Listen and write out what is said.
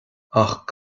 ach